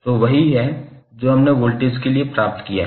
तो वही है जो हमने वोल्टेज के लिए प्राप्त किया है